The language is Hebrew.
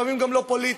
לפעמים גם לא פוליטית.